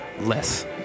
less